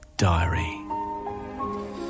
Diary